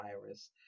virus